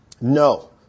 No